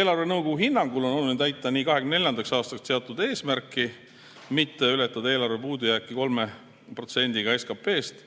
Eelarvenõukogu hinnangul on oluline täita nii 2024. aastaks seatud eesmärki mitte ületada eelarvepuudujääki 3%-ga SKP-st